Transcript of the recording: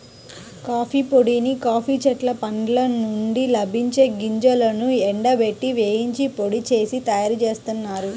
coffee పొడిని coffee చెట్ల పండ్ల నుండి లభించే గింజలను ఎండబెట్టి, వేయించి పొడి చేసి తయ్యారుజేత్తారు